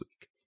week